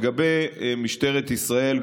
לגבי משטרת ישראל,